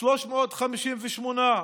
358,